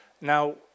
Now